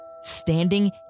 standing